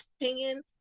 opinion